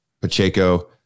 Pacheco